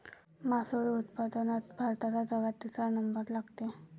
मासोळी उत्पादनात भारताचा जगात तिसरा नंबर लागते